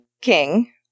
King